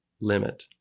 limit